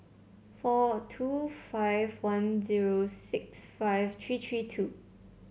four two five one zero six five three three two